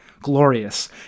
Glorious